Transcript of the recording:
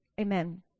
Amen